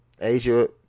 Asia